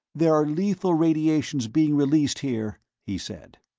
there are lethal radiations being released here, he said.